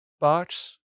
box